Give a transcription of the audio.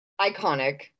Iconic